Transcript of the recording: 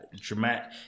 dramatic